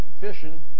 fishing